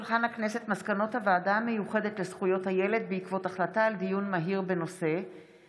מסקנות הוועדה המיוחדת לזכויות הילד בעקבות דיון מהיר בהצעתן